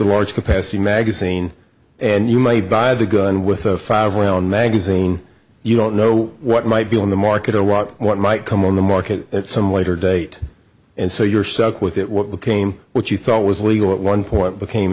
a large capacity magazine and you might buy the gun with a five well magazine you don't know what might be on the market or watch what might come on the market at some later date and so you're stuck with it what became what you thought was legal at one point became